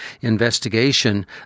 investigation